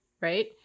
right